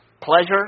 pleasure